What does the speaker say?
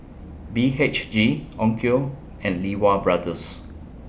B H G Onkyo and Lee Wa Brothers